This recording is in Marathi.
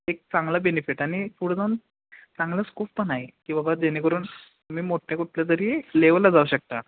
एक चांगला बेनिफिट आणि पुढं जाऊन चांगला स्कोप पण आहे की बबा जेणेकरून तुम्ही मोठ्या कुठलं तरी लेवलला जाऊ शकता